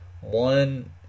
one